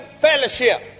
fellowship